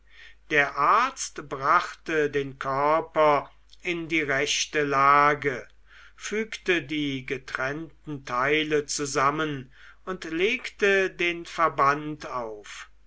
der arzt brachte den körper in die rechte lage fügte die getrennten teile zusammen und legte den verband auf